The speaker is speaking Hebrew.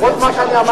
בודדות שלי.